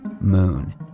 Moon